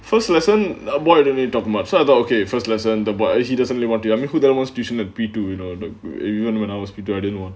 first lesson avoidantly doesn't much either okay first lesson the boy as he doesn't really want to army who divorced tuition would be too you know the you even when I was P two I didn't want